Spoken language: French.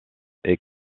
est